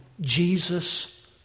Jesus